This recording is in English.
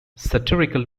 satirical